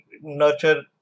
nurture